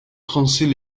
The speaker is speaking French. français